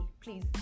please